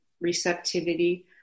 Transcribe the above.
receptivity